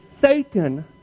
Satan